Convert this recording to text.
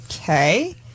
Okay